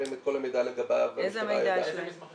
להם את כל המידע לגביו -- איזה מידע יש להם?